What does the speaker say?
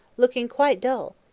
looking quite dull.